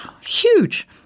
huge